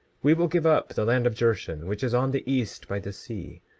we will give up the land of jershon, which is on the east by the sea,